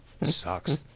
Sucks